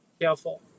careful